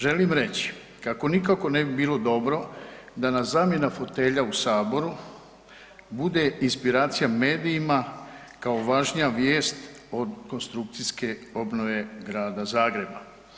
Želim reći kako nikako ne bi bilo dobro da nas zamjena fotelja u Saboru bude inspiracija medijima kao važnija vijest od konstrukcijske obnove grada Zagreba.